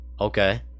Okay